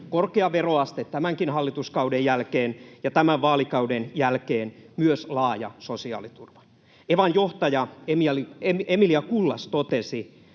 korkea veroaste tämänkin hallituskauden jälkeen — ja tämän vaalikauden jälkeen myös laaja sosiaaliturva. Evan johtaja Emilia Kullas totesi: